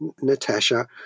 Natasha